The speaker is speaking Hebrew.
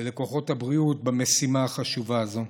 ולכוחות הבריאות במשימה החשובה הזאת.